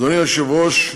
גברתי היושבת-ראש,